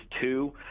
two